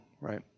right